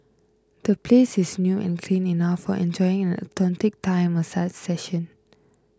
the place is new and clean enough for enjoying an authentic Thai massage session